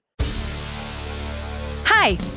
Hi